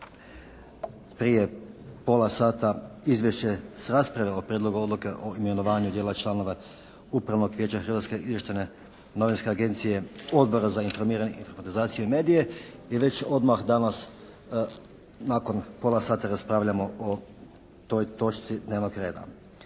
prije pola sata izvješće s rasprave o Prijedlogu odluke o imenovanju dijela članova Upravnog vijeća Hrvatske izvještajne novinske agencije Odbora za informiranje, informatizaciju i medije i već odmah danas nakon pola sata raspravljamo o toj točci dnevnog reda.